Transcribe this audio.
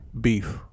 beef